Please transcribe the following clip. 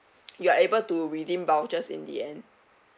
you are able to redeem vouchers in the end